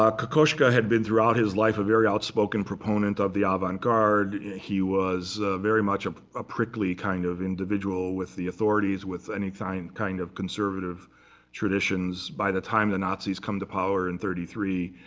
ah kokoschka had been, throughout his life, a very outspoken proponent of the ah avant-garde. he was very much a ah prickly kind of individual with the authorities, with any kind kind of conservative traditions. by the time the nazis come to power in thirty three,